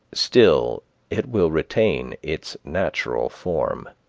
still it will retain its natural form.